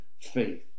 faith